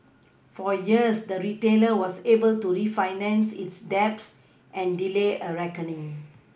for years the retailer was able to refinance its debt and delay a reckoning